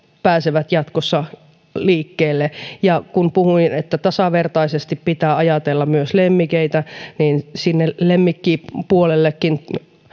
pääsevät jatkossa liikkeelle kun puhuin että tasavertaisesti pitää ajatella myös lemmikkejä niin siellä lemmikkipuolellakin